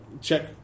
check